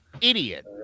idiot